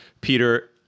Peter